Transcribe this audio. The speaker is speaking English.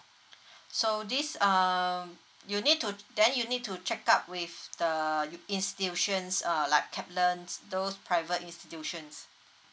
so this um you need to then you need to check up with the u~ institutions uh like kaplan those private institutions